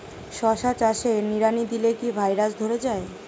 শশা চাষে নিড়ানি দিলে কি ভাইরাস ধরে যায়?